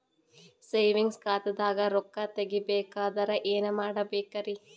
Savings ಖಾತಾದಾಗ ರೊಕ್ಕ ತೇಗಿ ಬೇಕಾದರ ಏನ ಮಾಡಬೇಕರಿ?